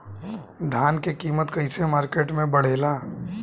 धान क कीमत कईसे मार्केट में बड़ेला?